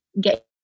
get